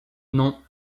non